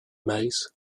maze